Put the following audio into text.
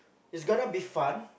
it's gonna be fun